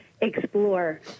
explore